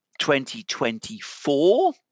2024